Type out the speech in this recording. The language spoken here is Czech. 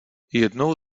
jednou